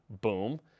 Boom